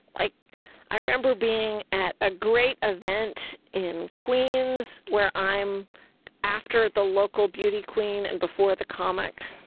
like i remember being at a great event in queens where i'm after the local beauty queen and before the comic,